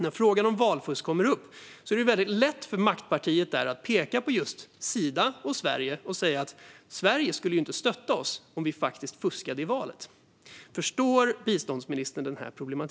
När frågan om valfusk kommer upp är det lätt för maktpartiet att peka på just Sida och Sverige och säga att Sverige inte skulle stötta dem om de faktiskt fuskade i valet. Förstår biståndsministern problemet?